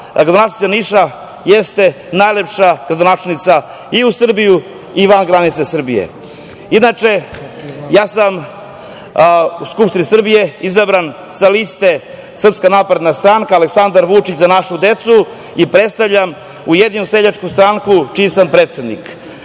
da gradonačelnica Niša jeste najlepša gradonačelnica i u Srbiji i van granica Srbije. Inače, ja sam u Skupštini Srbije izabran sa liste Srpska napredna stranka, "Aleksandar Vučić - za našu decu" i predstavljam Ujedinjenu seljačku stranku čiji sam predsednik. Ovde,